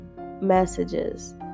messages